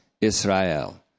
Israel